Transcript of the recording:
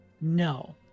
no